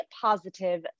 positive